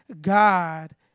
God